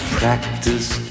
practice